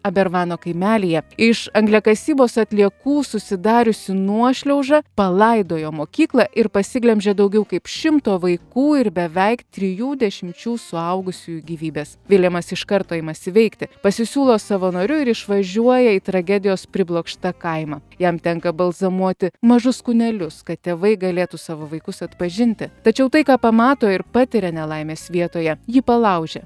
abervano kaimelyje iš angliakasybos atliekų susidariusi nuošliauža palaidojo mokyklą ir pasiglemžė daugiau kaip šimto vaikų ir beveik trijų dešimčių suaugusiųjų gyvybes viljamas iš karto imasi veikti pasisiūlo savanoriu ir išvažiuoja į tragedijos priblokštą kaimą jam tenka balzamuoti mažus kūnelius kad tėvai galėtų savo vaikus atpažinti tačiau tai ką pamato ir patiria nelaimės vietoje jį palaužia